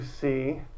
see